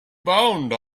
bound